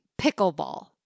Pickleball